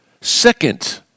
second